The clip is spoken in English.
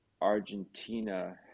Argentina